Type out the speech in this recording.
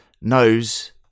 knows